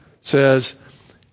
says